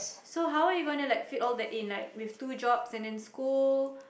so how are you gonna like fit all that in like with two jobs and then school